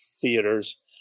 theaters